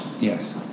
Yes